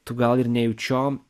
tu gal ir nejučiom